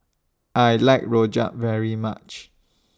I like Rojak very much